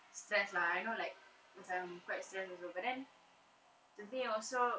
stress lah I know like macam quite stress also but then to me also